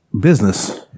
business